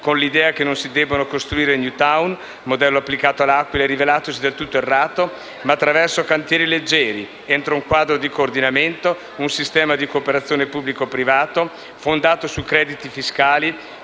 con l'idea che non si debbano costruire *new town* (modello applicato all'Aquila e rivelatosi del tutto errato), ma attraverso cantieri leggeri, entro un quadro di coordinamento, un sistema di cooperazione pubblico-privato fondato su crediti fiscali,